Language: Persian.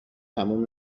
تموم